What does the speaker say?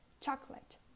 chocolate